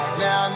now